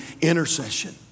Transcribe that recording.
intercession